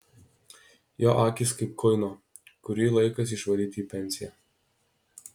jo akys kaip kuino kurį laikas išvaryti į pensiją